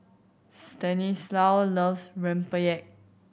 Stanislaus loves rempeyek